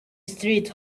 street